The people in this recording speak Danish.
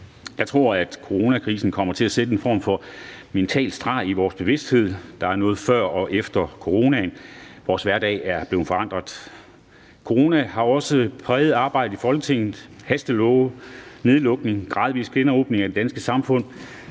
Jeg tror, at coronakrisen kommer til at sætte en form for mental streg i vores bevidsthed – der er noget før og efter coronaen. Vores hverdag er blevet forandret. Corona har også præget arbejdet i Folketinget. Hastelove, nedlukning, gradvis genåbning af det danske samfund